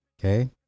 Okay